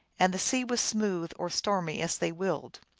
and the sea was smooth or stormy as they willed.